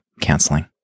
canceling